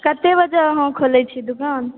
कतेक बजे अहाँ खोलै छियै दोकान